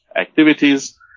activities